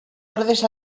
ordes